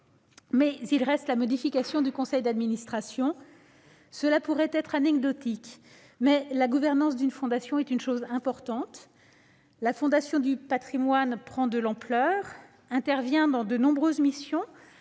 Mais il reste encore la modification du conseil d'administration de la Fondation. Cela pourrait être anecdotique, mais la gouvernance d'une fondation est une chose importante. La Fondation du patrimoine prend de l'ampleur et intervient dans de nombreuses missions,